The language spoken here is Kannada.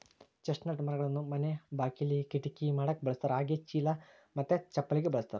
ಚೆಸ್ಟ್ನಟ್ ಮರಗಳನ್ನ ಮನೆ ಬಾಕಿಲಿ, ಕಿಟಕಿ ಮಾಡಕ ಬಳಸ್ತಾರ ಹಾಗೆಯೇ ಚೀಲ ಮತ್ತೆ ಚಪ್ಪಲಿಗೆ ಬಳಸ್ತಾರ